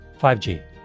5G